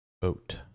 boat